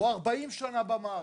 והוא 40 שנה במערכת,